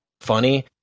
funny